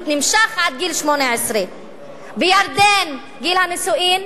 נמשך עד גיל 18. בירדן גיל הנישואין,